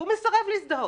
הוא מסרב להזדהות.